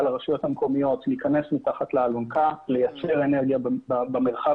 לרשויות המקומיות להיכנס מתחת לאלונקה ולייצר אנרגיה במרחב